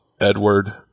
Edward